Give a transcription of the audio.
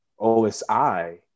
OSI